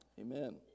Amen